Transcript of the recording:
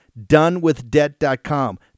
donewithdebt.com